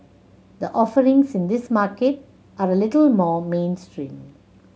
the offerings in this market are a little more mainstream